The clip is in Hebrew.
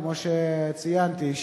כמו שציינתי,